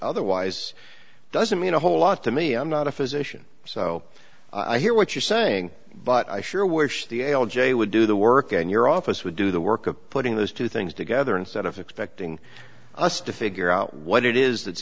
otherwise doesn't mean a whole lot to me i'm not a physician so i hear what you're saying but i sure wish the l j would do the work and your office would do the work of putting those two things together instead of expecting us to figure out what it is